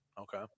Okay